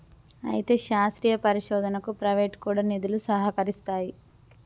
అయితే శాస్త్రీయ పరిశోధనకు ప్రైవేటు కూడా నిధులు సహకరిస్తాయి